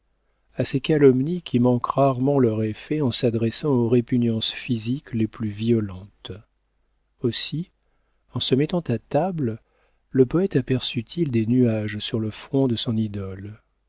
à ces calomnies qui manquent rarement leur effet en s'adressant aux répugnances physiques les plus violentes aussi en se mettant à table le poëte aperçut il des nuages sur le front de son idole